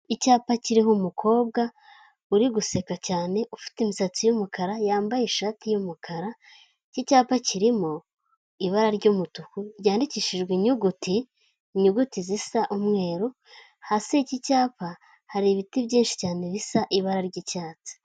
Icyapa kiriho umukobwa uri guseka cyane ufite imisatsi y'umukara, yambaye ishati y'umukara. Iki icyapa kirimo ibara ry'umutuku ryandikishijwe inyuguti, inyuguti zisa umweru. Hasi y'iki cyapa hari ibiti byinshi cyane bisa ibara ry'icyatsi.